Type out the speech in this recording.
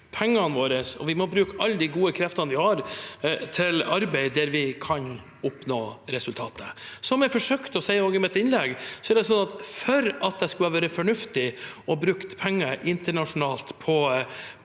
og vi må bruke alle de gode kreftene vi har, til arbeid der vi kan oppnå resultater. Som jeg forsøkte også å si i mitt innlegg, er det slik at for at det skulle vært fornuftig å bruke penger internasjonalt på